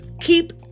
keep